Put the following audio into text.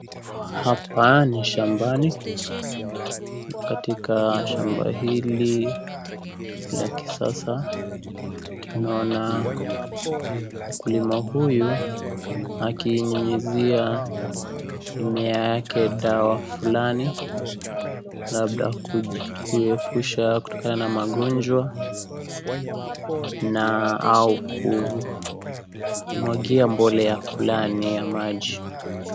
Hapa ni shambani katika shamba hili la kisasa tunaona mkulima huyu akinyunyizia mimea yake dawa fulani labda kuepusha katokana na magonjwa na au kumwagia mbolea fulani ya maji.